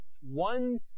one